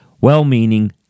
well-meaning